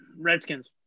Redskins